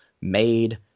made